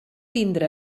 tindre